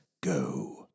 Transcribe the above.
go